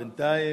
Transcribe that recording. בינתיים,